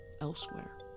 elsewhere